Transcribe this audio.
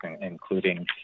including